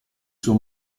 suo